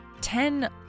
Ten